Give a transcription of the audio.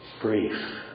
brief